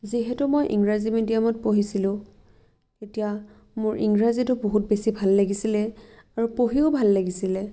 যিহেতু মই ইংৰাজী মিডিয়ামত পঢ়িছিলোঁ এতিয়া মোৰ ইংৰাজীটো বহুত বেছি ভাল লাগিছিলে আৰু পঢ়িও ভাল লাগিছিলে